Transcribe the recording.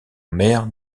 maire